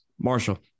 Marshall